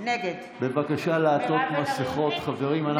נגד מירב בן ארי, נגד רם בן ברק, נגד